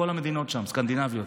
כל המדינות הסקנדינביות.